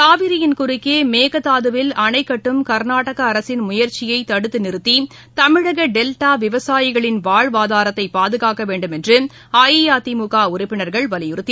காவிரியின் குறுக்கேமேகதாதுவில் அணகட்டும் கர்நாடகஅரசின் முயற்சியைதடுத்துநிறுத்திதமிழகடெல்டாவிவசாயிகளின் வாழ்வாதாரத்தைபாதுகாக்கவேண்டும் என்றுஅஇஅதிமுகஉறுப்பினர்கள் வலியுறுத்தினர்